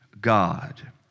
God